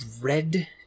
red